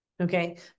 okay